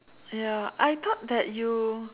ya I thought that you